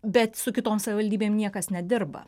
bet su kitom savivaldybėm niekas nedirba